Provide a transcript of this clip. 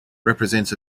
represents